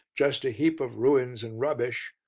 just a heap of ruins and rubbish.